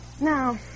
Now